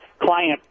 client